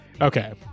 Okay